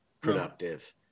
productive